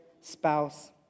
spouse